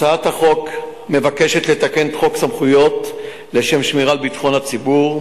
הצעת החוק מבקשת לתקן את חוק סמכויות לשם שמירה על ביטחון הציבור,